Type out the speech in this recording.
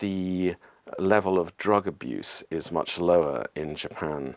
the level of drug abuse is much lower in japan